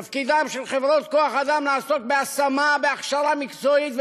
תפקידן של חברות כוח-אדם לעסוק בהשמה ובהכשרה מקצועית,